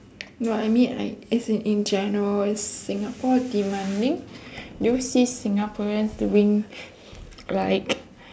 no I mean I as in in general is singapore demanding do you see singaporeans doing like